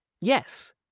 yes